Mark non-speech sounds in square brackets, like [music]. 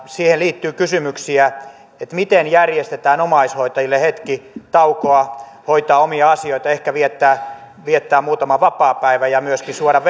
siihen liittyy kysymyksiä miten järjestetään omaishoitajille hetki taukoa hoitaa omia asioita ehkä viettää viettää muutama vapaapäivä ja myöskin suodaan [unintelligible]